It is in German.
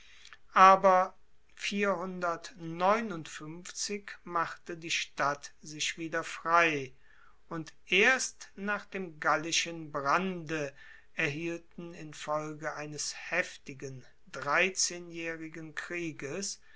aber machte die stadt sich wieder frei und erst nach dem gallischen brande erhielten infolge eines heftigen dreizehnjaehrigen krieges